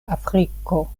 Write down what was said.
afriko